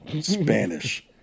Spanish